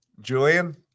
Julian